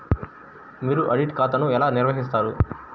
మీరు ఆడిట్ ఖాతాను ఎలా నిర్వహిస్తారు?